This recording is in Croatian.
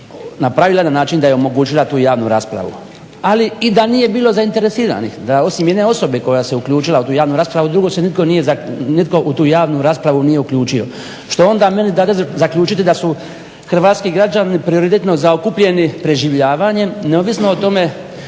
na način da je omogućila tu javnu raspravu. Ali i da nije bilo zainteresiranih, da osim jedne osobe koja se uključila u tu javnu raspravu drugi se nitko nije u tu javnu raspravu nije uključio što onda meni dade zaključiti da su hrvatski građani prioritetno zaokupljeni preživljavanjem neovisno o tome